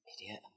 Idiot